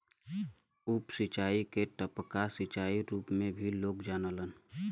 उप सिंचाई के टपका सिंचाई क रूप में भी लोग जानलन